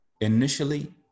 initially